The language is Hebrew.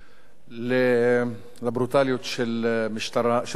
לברוטליות של המשטרה.